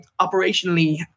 Operationally